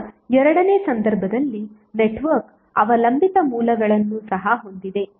ಈಗ 2 ನೇ ಸಂದರ್ಭದಲ್ಲಿ ನೆಟ್ವರ್ಕ್ ಅವಲಂಬಿತ ಮೂಲಗಳನ್ನು ಸಹ ಹೊಂದಿದೆ